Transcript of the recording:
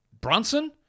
Brunson